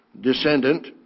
descendant